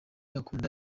akunda